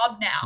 now